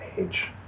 age